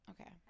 Okay